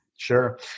Sure